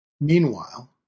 Meanwhile